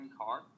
car